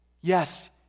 Yes